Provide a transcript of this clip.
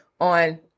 on